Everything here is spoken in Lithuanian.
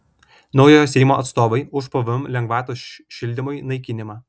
naujojo seimo atstovai už pvm lengvatos šildymui naikinimą